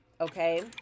okay